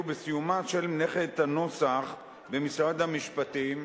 בסיומה של מלאכת הנוסח במשרד המשפטים,